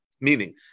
meaning